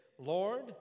Lord